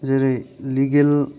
जेरै लिगेल